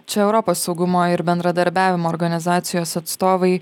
čia europos saugumo ir bendradarbiavimo organizacijos atstovai